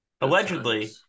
allegedly